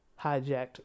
hijacked